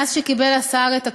מאז קיבל השר את התחום,